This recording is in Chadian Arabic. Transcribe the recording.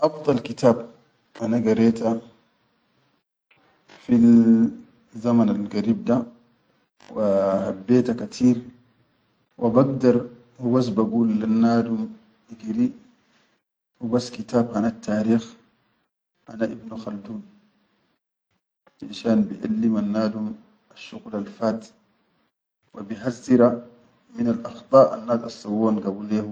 Afdal kitab ana wa gareta fizzaman algarib da wa habbeta kateer we bagdar bagul lennadum igira hubas kitab hanattarikh, hana Ibn Khaldun, finshan bi'allimannadum asshuqul alfaat wa bihazzira minal akhʼda annas assawwohan.